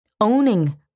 owning